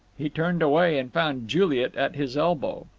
he turned away, and found juliet at his elbow.